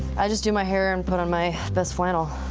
i just do my hair and put on my best flannel.